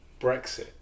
Brexit